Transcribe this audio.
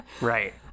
Right